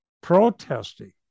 protesting